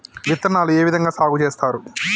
విత్తనాలు ఏ విధంగా సాగు చేస్తారు?